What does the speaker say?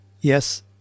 yes